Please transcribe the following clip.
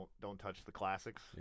don't-touch-the-classics